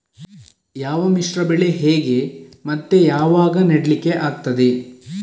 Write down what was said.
ಯಾವ ಮಿಶ್ರ ಬೆಳೆ ಹೇಗೆ ಮತ್ತೆ ಯಾವಾಗ ನೆಡ್ಲಿಕ್ಕೆ ಆಗ್ತದೆ?